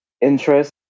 interest